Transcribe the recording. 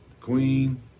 Queen